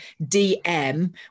DM